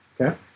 Okay